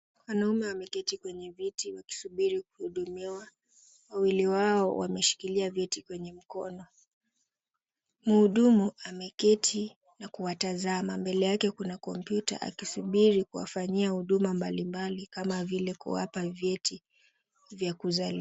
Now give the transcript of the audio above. Wanaume wameketi kwenye viti wakisubiri kuhudumiwa. Wawili wao wameshikilia viti kwenye mikono. Mhudumu ameketi na kuwatazama. Mbele yake kuna kompyuta akisubiri kuwafanyia huduma mbalimbali kama vile kuwapa vyeti vya kuzaliwa .